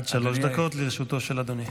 בבקשה, עד שלוש דקות לרשותו של אדוני.